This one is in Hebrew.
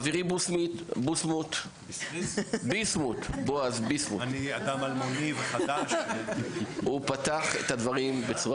חברי ביסמוט בועז הוא פתח את הדברים בצורה